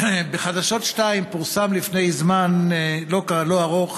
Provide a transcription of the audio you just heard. בחדשות 2 פורסם לפני זמן לא ארוך